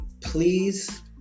please